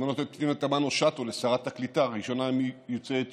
למנות את פנינה תמנו שטה לשרת הקליטה הראשונה מיוצאי אתיופיה,